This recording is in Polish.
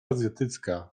azjatycka